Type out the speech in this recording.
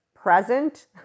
present